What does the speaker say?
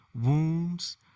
wounds